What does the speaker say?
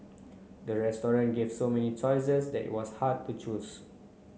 the restaurant gave so many choices they was hard to choose